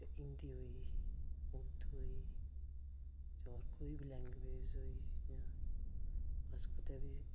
जां हिन्दी होई उर्दू होई होर कोई बी लैंग्वेज होई जि'यां अस कुतै बी